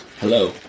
Hello